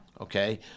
Okay